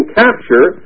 capture